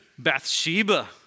Bathsheba